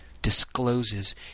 discloses